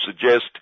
suggest